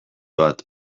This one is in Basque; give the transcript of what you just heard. bat